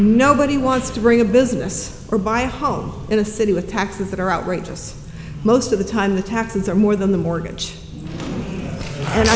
nobody wants to bring a business or buy a home in a city with taxes that are outrageous most of the time the taxes are more than the mortgage and